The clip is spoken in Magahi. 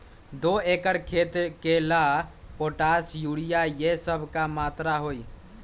दो एकर खेत के ला पोटाश, यूरिया ये सब का मात्रा होई?